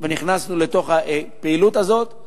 ונכנסנו לתוך הפעילות הזאת.